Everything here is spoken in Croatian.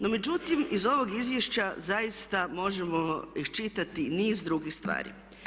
No međutim iz ovog izvješća zaista možemo iščitati niz drugih stvari.